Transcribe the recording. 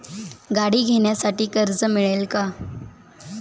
गाडी घेण्यासाठी कर्ज मिळेल का?